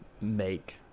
make